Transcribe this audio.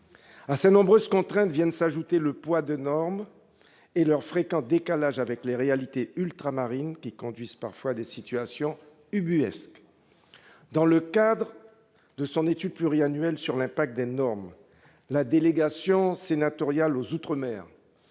À ces nombreuses contraintes vient s'ajouter le poids de normes fréquemment en décalage avec les réalités ultramarines, ce qui conduit parfois à des situations ubuesques. Dans le cadre de son étude pluriannuelle sur l'impact des normes, la délégation sénatoriale aux outre-mer